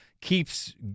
keeps